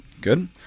Good